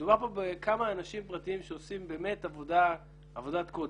מדובר פה בכמה אנשים פרטיים שעושים באמת עבודת קודש.